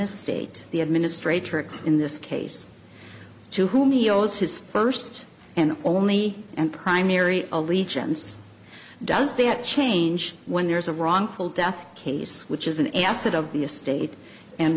estate the administrator in this case to whom he owes his first and only and primary allegiance does that change when there is a wrongful death case which is an asset of the estate and